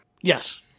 Yes